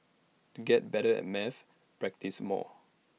to get better at maths practise more